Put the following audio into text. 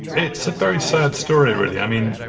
it's a very sad story really. i mean,